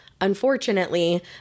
unfortunately